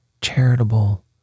charitable